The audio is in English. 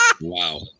Wow